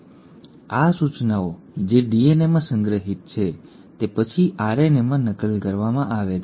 હવે આ સૂચનાઓ જે ડીએનએમાં સંગ્રહિત છે તે પછી RNAમાં નકલ કરવામાં આવે છે